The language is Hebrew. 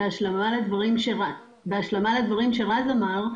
בהשלמה לדברים שרז אמר,